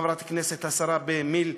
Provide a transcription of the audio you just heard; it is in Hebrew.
חברת הכנסת השרה במיל'?